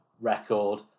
record